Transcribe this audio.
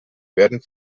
werden